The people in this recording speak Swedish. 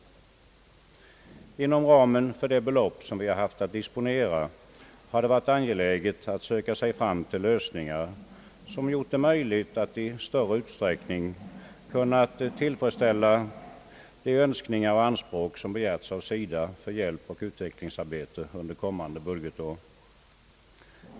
Inom ramen för det belopp som vi haft att disponera har det varit angeläget att söka sig fram till lösningar som gjort det möjligt att i större utsträckning kunna = tillfredsställa de önskningar och anspråk som begärts av SIDA för hjälpoch utvecklingsarbete under kommande budgetår.